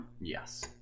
Yes